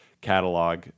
catalog